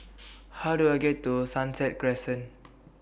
How Do I get to Sunset Crescent